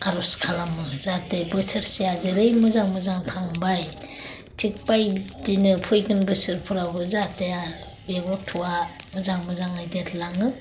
आर'ज खालामो जाहाथे बोसोरसेया जेरै मोजां मोजां थांबाय थिख बायदिनो फैगोन बोसोरफ्रावबो जाहाथे आरो बे गथ'आ मोजां मोजाङै देरलाङो